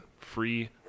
free